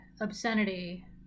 obscenity